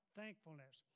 thankfulness